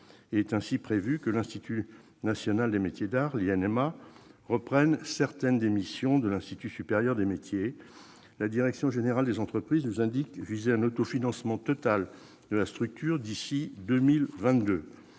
Il est ainsi prévu que l'Institut national des métiers d'art (INMA) reprenne certaines des missions de l'Institut supérieur des métiers (ISM). La direction générale des entreprises nous indique viser un autofinancement total de la structure d'ici à 2022.